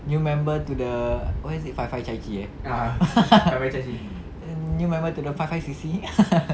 new member to the what is it five five chai chee eh new member to the five five C_C